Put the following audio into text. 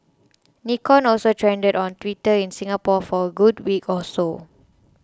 Nikon also trended on Twitter in Singapore for a good week or so